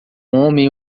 homem